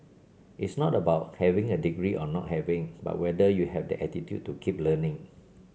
it's not about having a degree or not having but whether you have that attitude to keep learning